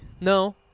No